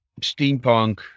steampunk